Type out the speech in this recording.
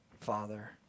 father